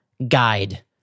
Guide